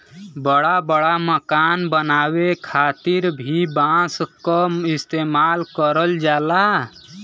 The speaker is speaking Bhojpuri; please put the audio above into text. बड़ा बड़ा मकान बनावे खातिर भी बांस क इस्तेमाल करल जाला